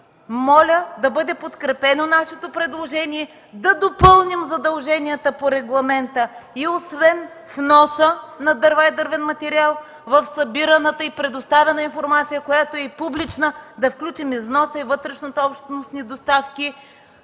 моля да бъде подкрепено нашето предложение, да допълним задълженията по регламента и освен вноса на дърва и дървен материал в събираната и предоставена информация, която е и публична, да включим износа и вътрешнообщностни доставки,